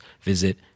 visit